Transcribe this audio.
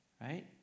right